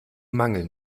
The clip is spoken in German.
mangel